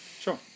Sure